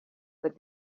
but